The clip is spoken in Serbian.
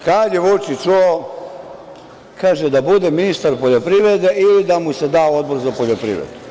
Kad je Vučić čuo, kaže – Da bude ministar poljoprivrede ili da mu se da Odbor za poljoprivredu.